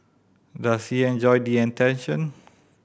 does he enjoy the attention